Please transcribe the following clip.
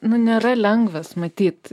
nu nėra lengvas matyt